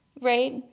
Right